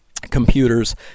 computers